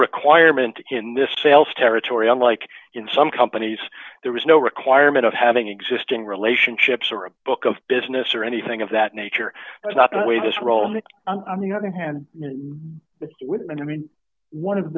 requirement in this sales territory unlike in some companies there is no requirement of having existing relationships or a book of business or anything of that nature that's not the way this roll on the other hand and i mean one of